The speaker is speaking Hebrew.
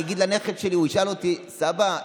הנכד שלי ישאל אותי: סבא,